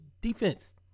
defense